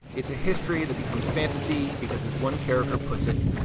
it's a history that becomes fantasy because, as one character puts it,